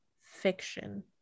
fiction